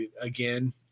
again